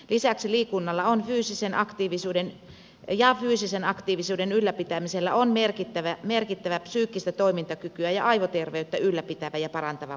lisäksi liikunnalla ja fyysisen aktiivisuuden ylläpitämisellä on merkittävä psyykkistä toimintakykyä ja aivoterveyttä ylläpitävä ja parantava ulottuvuus